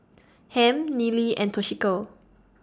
Hamp Neely and Toshiko